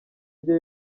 rye